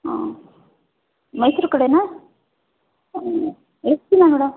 ಹಾಂ ಮೈಸೂರು ಕಡೆಯಾ ಎಷ್ಟು ದಿನ ಮೇಡಮ್